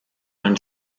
own